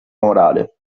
morale